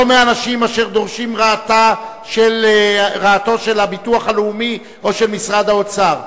לא מאנשים אשר דורשים רעתו של הביטוח הלאומי או של משרד האוצר.